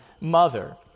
mother